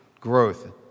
growth